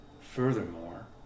Furthermore